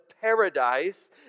paradise